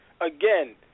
again